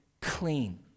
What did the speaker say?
clean